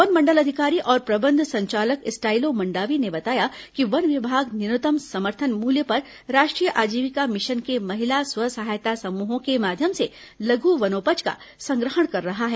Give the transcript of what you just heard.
one मंडलाधिकारी और प्रबंध संचालक स्टाइलो मंडावी ने बताया कि वन विभाग न्यूनतम समर्थन मूल्य पर राष्ट्रीय आजीविका मिशन के महिला स्व सहायता समूहों के माध्यम से लघु वनोपज का संग्रहण कर रहा है